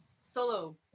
solo